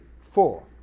four